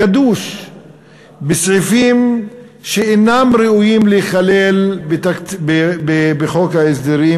גדוש בסעיפים שאינם ראויים להיכלל בחוק ההסדרים,